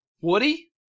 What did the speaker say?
Woody